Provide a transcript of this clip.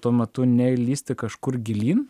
tuo metu ne į lįsti kažkur gilyn